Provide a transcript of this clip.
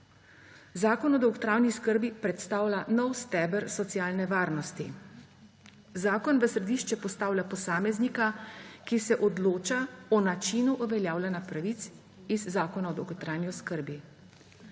Zakon o dolgotrajni oskrbi predstavlja nov steber socialne varnosti. Zakon v središče postavlja posameznika, ki se odloča o načinu uveljavljanja pravic iz Zakona o dolgotrajni oskrbi.